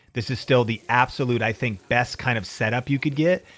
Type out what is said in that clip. this is still the absolute, i think best kind of setup you could get.